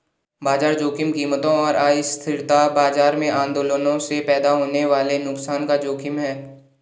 बाजार जोखिम कीमतों और अस्थिरता बाजार में आंदोलनों से पैदा होने वाले नुकसान का जोखिम है